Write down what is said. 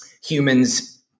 humans